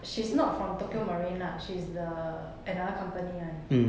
she's not from tokio marine lah she's the another company [one]